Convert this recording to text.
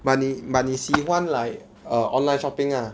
but 你 but 你喜欢 like err online shopping lah